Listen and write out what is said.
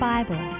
Bible